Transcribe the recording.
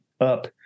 up